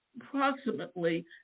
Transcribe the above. Approximately